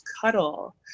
cuddle